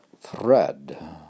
thread